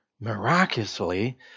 Miraculously